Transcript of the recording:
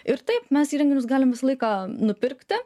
ir taip mes įrenginius galim laiką nupirkti